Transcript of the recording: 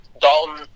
Dalton